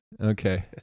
Okay